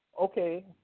okay